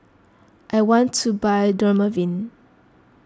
I want to buy Dermaveen